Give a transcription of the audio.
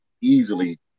easily